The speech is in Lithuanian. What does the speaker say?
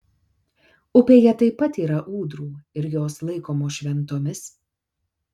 upėje taip pat yra ūdrų ir jos laikomos šventomis